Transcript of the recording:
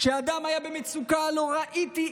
כשאדם היה במצוקה נוראית,